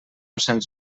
cents